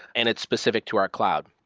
and it's specific to our cloud.